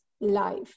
life